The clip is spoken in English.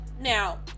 Now